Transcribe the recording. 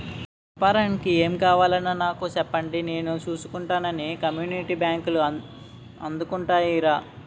ఏపారానికి ఏం కావాలన్నా నాకు సెప్పండి నేను సూసుకుంటానని కమ్యూనిటీ బాంకులు ఆదుకుంటాయిరా